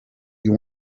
you